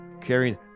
carrying